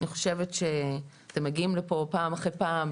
אני חושבת שאתם מגיעים לפה פעם אחרי פעם,